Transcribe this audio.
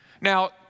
Now